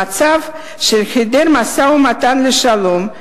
במצב של היעדר משא-ומתן לשלום,